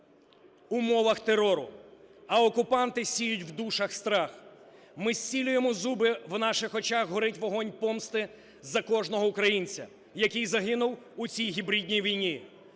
умовах терору, а окупанти сіють в душах страх. Ми зціплюємо зуби, в наших очах горить вогонь помсти за кожного українця, який загинув у цій гібридній війні.